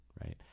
right